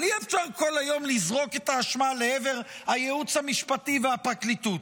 אבל אי-אפשר כל היום לזרוק את האשמה לעבר הייעוץ המשפטי והפרקליטות.